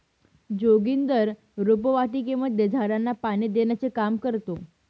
जोगिंदर रोपवाटिकेमध्ये झाडांना पाणी देण्याचे काम करतो